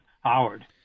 Howard